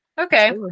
Okay